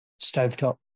stovetop